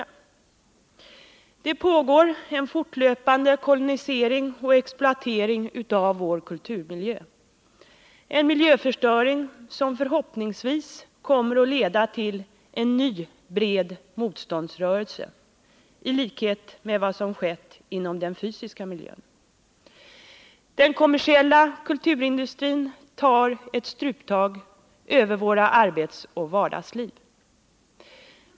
Det pågår en fortlöpande kolonisering och exploatering av vår kulturmiljö — en miljöförstöring som förhoppningsvis kommer att leda till en ny bred motståndsrörelse i likhet med vad som skett inom den fysiska miljön. Den kommersiella kulturindustrin tar struptag på våra arbetsoch vardagsliv.